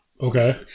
Okay